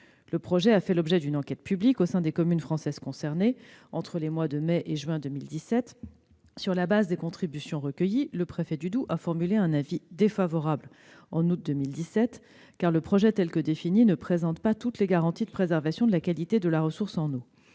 Le projet a fait l'objet d'une enquête publique au sein des communes françaises concernées, entre les mois de mai et juin 2017. Sur la base des contributions recueillies, le préfet du Doubs a formulé un avis défavorable en août 2017, car, tel que défini, le projet ne présentait pas toutes les garanties de préservation de la qualité de la ressource en eau.